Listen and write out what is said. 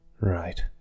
Right